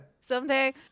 Someday